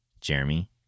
Jeremy